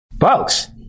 Folks